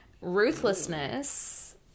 Ruthlessness